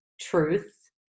truth